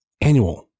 annual